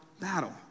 battle